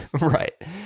right